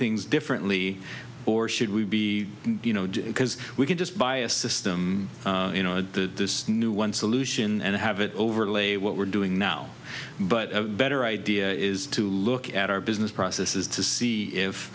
things differently or should we be you know because we can just buy a system you know to this new one solution and have it overlay what we're doing now but a better idea is to look at our business processes to see if